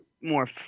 more